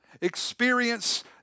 experience